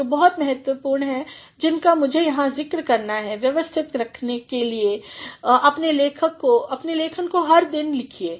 जो बहुत महत्वपूर्ण हैं और जिनका मुझे यहाँ ज़िक्र करना है व्यवस्थित करते रहिए अपनी लेखन को हर दिन लिखिए